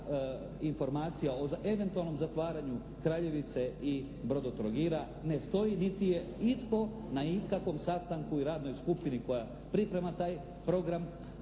informacija o eventualnom zatvaranju "Kraljevice" i "Brodotrogira" ne stoji niti je itko na ikakvom sastanku i radnoj skupini koja priprema taj program